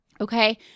okay